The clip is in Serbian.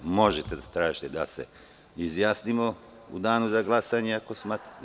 Možete da tražite da se izjasnimo u danu za glasanje ako smatrate.